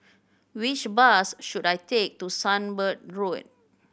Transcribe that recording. which bus should I take to Sunbird Road